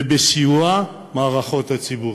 ובסיוע המערכות הציבוריות.